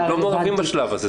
הם עוד לא מעורבים בשלב הזה,